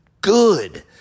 good